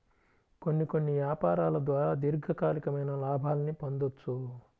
కొన్ని కొన్ని యాపారాల ద్వారా దీర్ఘకాలికమైన లాభాల్ని పొందొచ్చు